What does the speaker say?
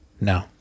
No